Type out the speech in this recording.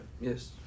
Yes